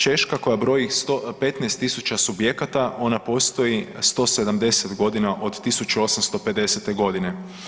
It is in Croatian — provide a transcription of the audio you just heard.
Češka koja broji 15.000 subjekata ona postoji 170 godina od 1850. godine.